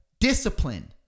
discipline